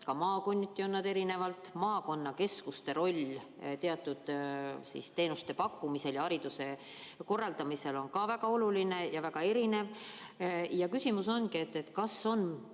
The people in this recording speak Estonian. ka maakonniti erinevalt. Maakonnakeskuste roll teatud teenuste pakkumisel ja hariduse korraldamisel on ka väga oluline ja väga erinev. Küsimus ongi, kas on